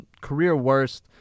career-worst